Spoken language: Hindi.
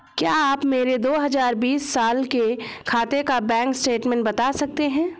क्या आप मेरे दो हजार बीस साल के खाते का बैंक स्टेटमेंट बता सकते हैं?